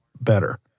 better